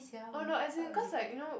oh no as in cause like you know